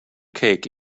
cake